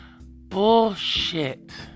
Bullshit